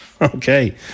Okay